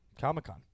Comic-Con